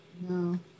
No